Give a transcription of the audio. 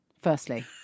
Firstly